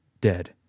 dead